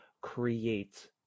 create